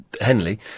Henley